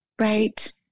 Right